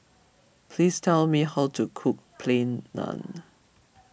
please tell me how to cook Plain Naan